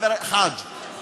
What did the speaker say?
חבר הכנסת חאג' יחיא.